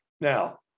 Now